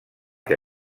que